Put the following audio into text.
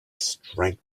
strength